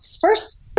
first